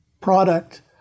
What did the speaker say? product